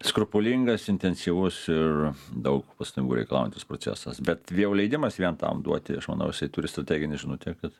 skrupulingas intensyvus ir daug pastangų reikalaujantis procesas bet jau leidimas vien tam duoti aš manau jisai turi strateginę žinutę kad